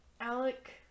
Alec